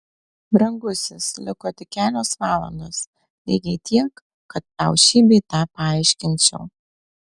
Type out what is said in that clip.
brangusis liko tik kelios valandos lygiai tiek kad tau šį bei tą paaiškinčiau